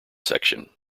section